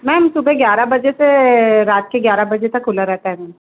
ma'am सुबह ग्यारह बजे से रात के ग्यारह बजे तक खुला रहता है मैम